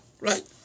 right